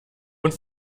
und